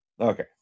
Okay